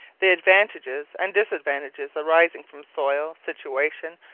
the advantages and disadvantages arising from soil, situation,